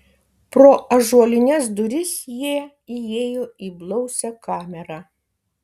pro ąžuolines duris jie įėjo į blausią kamerą